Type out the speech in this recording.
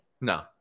No